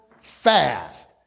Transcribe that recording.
fast